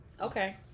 Okay